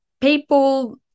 people